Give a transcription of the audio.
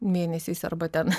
mėnesiais arba ten